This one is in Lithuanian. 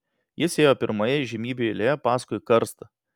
jis ėjo pirmoje įžymybių eilėje paskui karstą